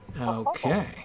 Okay